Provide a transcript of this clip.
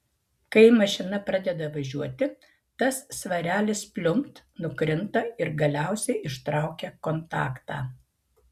kai mašina pradeda važiuoti tas svarelis pliumpt nukrinta ir galiausiai ištraukia kontaktą